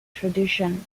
tradition